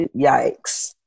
yikes